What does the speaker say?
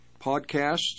Podcasts